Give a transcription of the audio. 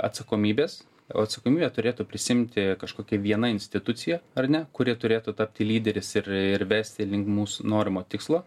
atsakomybės o atsakomybę turėtų prisiimti kažkokia viena institucija ar ne kuri turėtų tapti lyderis ir ir vesti link mūsų norimo tikslo